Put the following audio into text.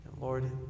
Lord